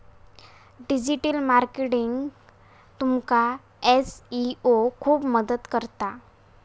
digital मार्केटिंगाक तुमका SEO खूप मदत करता